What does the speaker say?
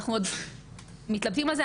אנחנו עוד מתלבטים על זה,